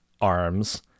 arms